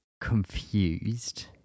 confused